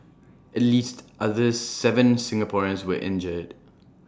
at least other Seven Singaporeans were injured